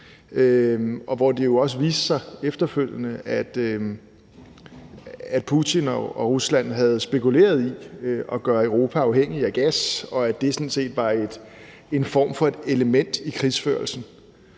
på Ukraine. Det viste sig også efterfølgende, at Putin og Rusland havde spekuleret i at gøre Europa afhængig af gas, og at det sådan set var en form for et element i krigsførelsen.